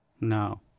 No